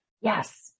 Yes